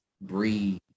breathe